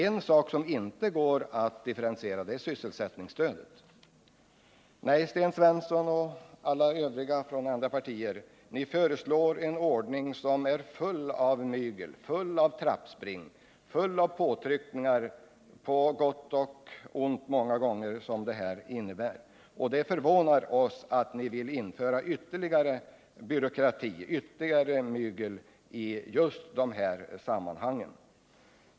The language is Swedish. En sak som inte går att differentiera är sysselsättningsstödet. Nej, Sten Svensson och representanterna för övriga partier, ni föreslår en ordning som är full av mygel, trappspring och påtryckningar. Det är förvånande att ni vill införa ytterligare byråkrati, ytterligare mygel i just de här sammanhangen.